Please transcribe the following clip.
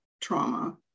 trauma